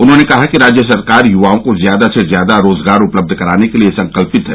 उन्होंने कहा कि राज्य सरकार युवाओं को ज्यादा से ज्यादा रोजगार उपलब्ध कराने के लिये संकल्पित है